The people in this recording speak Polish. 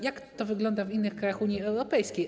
Jak to wygląda w innych krajach Unii Europejskiej?